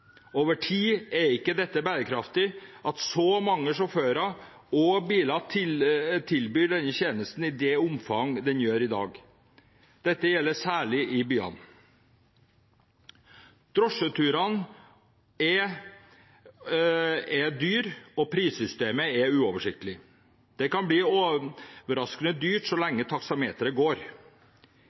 Over tid er det ikke bærekraftig at så mange sjåfører og biler tilbyr denne tjenesten i det omfanget de gjør i dag. Dette gjelder særlig i byene. Drosjeturene er dyre, og prissystemet er uoversiktlig. Det kan bli overraskende dyrt så lenge taksameteret går.